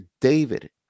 David